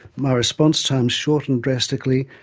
my response times shortened drastically,